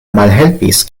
malhelpis